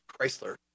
chrysler